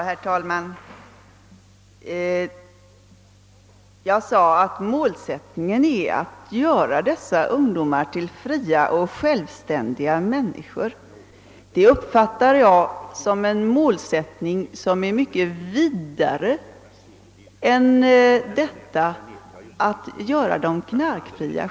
Herr talman! Jag sade att målet är att göra dessa ungdomar till fria och självständiga människor. Detta uppfattar jag som någonting mycket mera omfattande än att göra dem knarkfria.